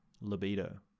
libido